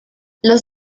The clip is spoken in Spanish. los